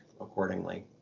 accordingly